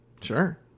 Sure